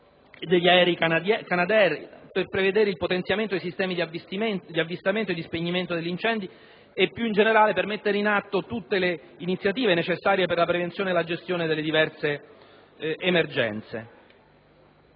degli aerei Canadair, per prevedere il potenziamento dei sistemi di avvistamento e di spegnimento degli incendi e, più in generale, per mettere in atto tutte le iniziative necessarie per la prevenzione e la gestione delle diverse emergenze.